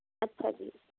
ਅੱਛਾ ਜੀ